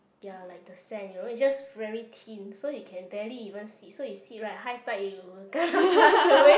ya like the sand you know it's just very thin so you can barely even sit so you sit right high tide you'll kena flush away